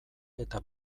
eta